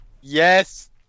Yes